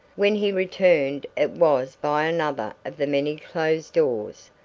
when he returned it was by another of the many closed doors,